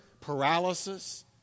paralysis